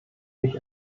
mich